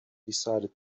decided